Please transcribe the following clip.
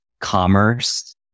commerce